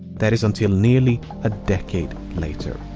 that is until nearly a decade later.